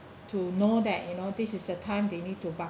to know that you know this is the time they need to bar~